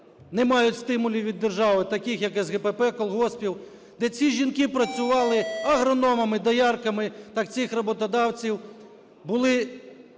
не мають стимулів від держави, таких як СГПП, колгоспів, де ці жінки працювали агрономами, доярками., так цих роботодавців